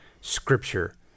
Scripture